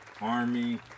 Army